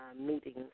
meetings